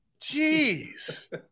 Jeez